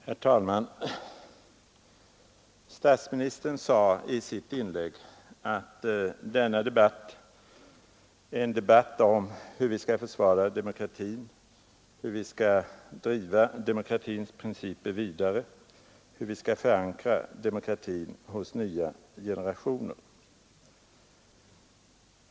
Herr talman! Statsministern sade i sitt inlägg, att denna debatt är en debatt om hur vi skall försvara demokratin, hur vi skall driva demokratins principer vidare, hur vi skall förankra demokratin hos nya generationer.